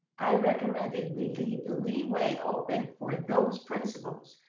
i recommended we leave the leeway open for those principals,